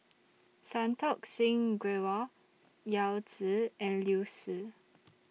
Santokh Singh Grewal Yao Zi and Liu Si